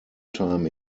time